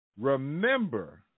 Remember